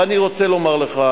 ואני רוצה לומר לך,